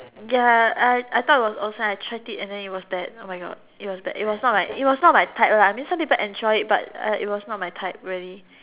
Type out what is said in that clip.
ya I I thought it was awesome I tried it and then it was bad oh my god it was bad it was it was not my type right I mean some people enjoy it but it was not my type really